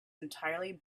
entirely